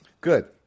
Good